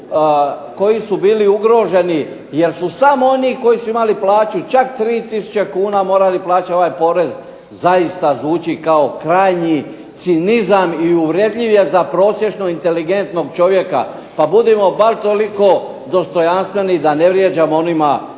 koji su bili ugroženi, jer su samo oni koji su imali plaću čak 3 tisuće kuna morali plaćati ovaj porez, zaista zvuči kao krajnji cinizam i uvredljiv je za prosječno inteligentnog čovjeka. Pa budimo bar toliko dostojanstveni da ne vrijeđamo onima